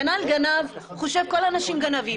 כנ"ל גנב, חושב שכל האנשים גנבים.